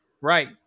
Right